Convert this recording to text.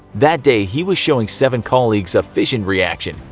that day he was showing seven colleagues a fission reaction.